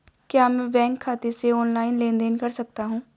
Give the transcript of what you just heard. क्या मैं बैंक खाते से ऑनलाइन लेनदेन कर सकता हूं?